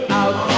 out